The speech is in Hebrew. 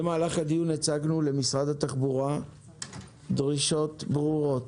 במהלך הדיון הצגנו למשרד התחבורה דרישות ברורות,